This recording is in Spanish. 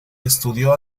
estudió